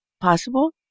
possible